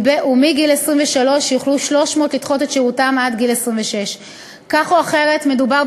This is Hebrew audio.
ומגיל 23 יוכלו 300 מהם לדחות את שירותם עד גיל 26. כך או אחרת מדובר